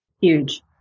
Huge